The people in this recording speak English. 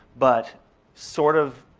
but sort of